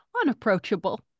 unapproachable